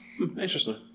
Interesting